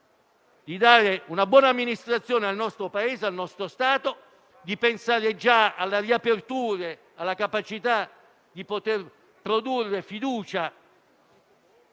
dare una buona amministrazione al nostro Paese, al nostro Stato, pensando già alle riaperture, alla capacità di produrre fiducia